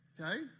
Okay